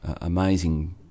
amazing